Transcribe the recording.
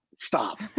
stop